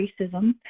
racism